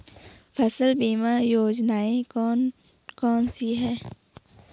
फसल बीमा योजनाएँ कौन कौनसी हैं?